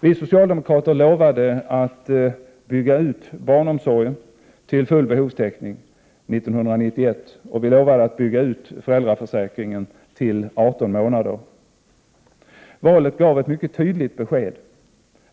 Vi socialdemokrater lovade att bygga ut barnomsorgen till full behovstäckning 1991 och att bygga ut föräldraförsäkringen till 18 månader. Valet gav ett mycket tydligt besked: